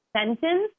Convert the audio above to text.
sentence